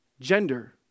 gender